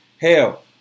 Hell